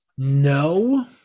No